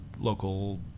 local